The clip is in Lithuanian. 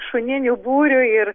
šuninių būriui ir